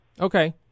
Okay